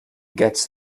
gets